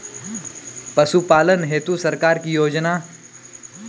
पशुपालन हेतु सरकार की योजना?